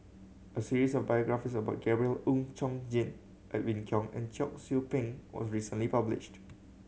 a series of biographies about Gabriel Oon Chong Jin Edwin Koek and Cheong Soo Pieng was recently published